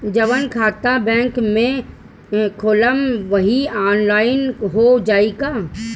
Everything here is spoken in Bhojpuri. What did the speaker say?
जवन खाता बैंक में खोलम वही आनलाइन हो जाई का?